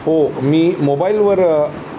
हो मी मोबाईलवर